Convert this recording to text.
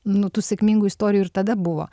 nu tų sėkmingų istorijų ir tada buvo